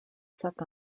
suck